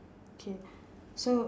okay so